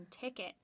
ticket